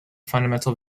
fundamental